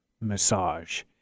massage